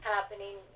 happening